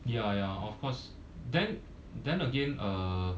ya ya of course then then again uh